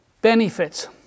benefits